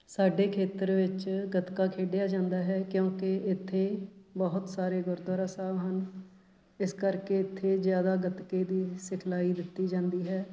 ਸਾਡੇ ਖੇਤਰ ਵਿੱਚ ਗੱਤਕਾ ਖੇਡਿਆ ਜਾਂਦਾ ਹੈ ਕਿਉਂਕਿ ਇੱਥੇ ਬਹੁਤ ਸਾਰੇ ਗੁਰਦੁਆਰਾ ਸਾਹਿਬ ਹਨ ਇਸ ਕਰਕੇ ਇੱਥੇ ਜ਼ਿਆਦਾ ਗੱਤਕੇ ਦੀ ਸਿਖਲਾਈ ਦਿੱਤੀ ਜਾਂਦੀ ਹੈ